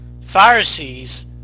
Pharisees